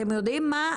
אתם יודעים מה,